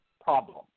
problem